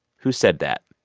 who said that?